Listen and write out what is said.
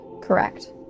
correct